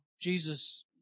Jesus